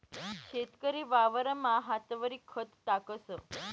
शेतकरी वावरमा हातवरी खत टाकस